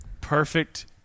perfect